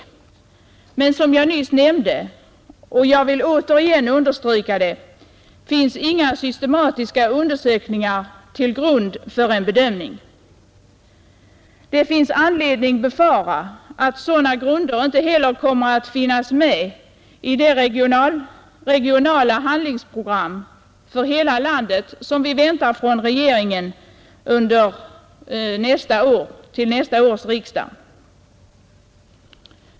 Men som jag nyss nämnde, och jag vill återigen understryka det, finns inga systematiska undersökningar som grund för en bedömning. Det är anledning befara att sådana grunder inte heller kommer att finnas med i det regionala handlingsprogram för hela landet som vi väntar från regeringen till nästa års riksdag.